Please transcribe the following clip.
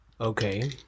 okay